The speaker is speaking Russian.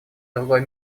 другой